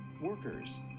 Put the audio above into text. workers